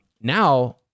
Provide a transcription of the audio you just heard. now